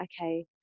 Okay